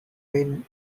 been